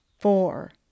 four